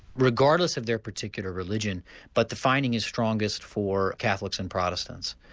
regardless of their particular religion but the finding is strongest for catholics and protestants,